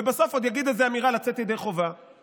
ובסוף עוד יגיד איזו אמירה לצאת ידי חובה.